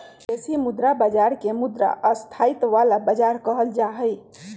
विदेशी मुद्रा बाजार के मुद्रा स्थायित्व वाला बाजार कहल जाहई